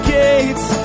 gates